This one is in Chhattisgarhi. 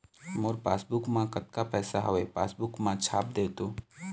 मोर पासबुक मा कतका पैसा हवे पासबुक मा छाप देव तो?